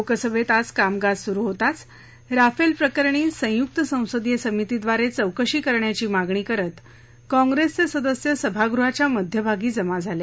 लोकसभेत आज कामकाज सुरु होताच राफेल प्रकरणी संयुक्त संसदीय समितीद्वारे चौकशी करण्याची मागणी करत काँप्रेसचे सदस्य सभागृहाच्या मध्यभागी जमा झाले